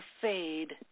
fade